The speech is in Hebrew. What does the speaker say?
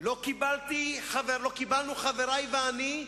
לא קיבלנו, חברי ואני,